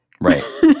right